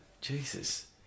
Jesus